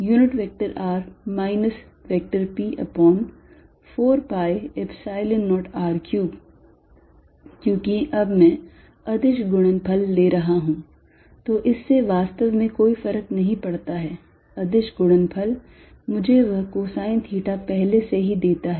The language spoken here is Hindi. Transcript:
Er3prr p4π0r3 क्योंकि अब मैं अदिश गुणनफल ले रहा हूँ तो इस से वास्तव में कोई फर्क नहीं पड़ता अदिश गुणनफल मुझे वह cosine theta पहले से ही देता है